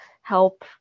help